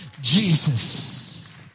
Jesus